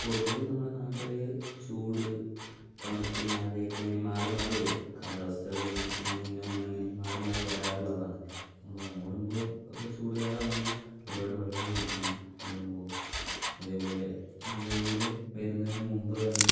പൊതുവേ നമ്മുടെ നാട്ടിൽ ചൂട് തണുപ്പും മഴയൊക്കെ ഇങ്ങനെ മാറി മാറി വരും കാലാവസ്ഥകളിങ്ങനെ ഒന്നങ്ങിനെയും ഒന്നങ്ങനെയും മാറി മാറി വരാറുള്ളതാണ് നമ്മൾ ഓടുമ്പോൾ ഇപ്പോൾ ചൂട് കാലമാണെങ്കിൽ ഒരുപാട് വെള്ളം കുടിക്കണം ഓടുമ്പോൾ അതേപോലെ വെയിൽ വരുന്നതിന് മുൻപ് തന്നെ